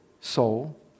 soul